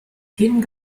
hyn